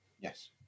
Yes